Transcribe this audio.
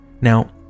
Now